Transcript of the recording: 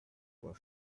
were